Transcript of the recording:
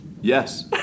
Yes